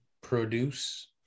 produce